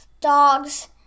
dogs